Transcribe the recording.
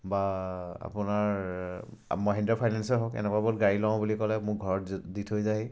বা আপোনাৰ মহেন্দ্ৰ ফাইনেঞ্চেই হওক এনেকুৱাবোৰত গাড়ী লওঁ বুলি ক'লে মোৰ ঘৰত দি থৈ যায়হি